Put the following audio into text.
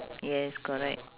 yes correct